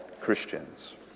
Christians